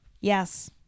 Yes